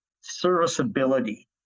serviceability